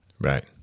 Right